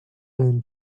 then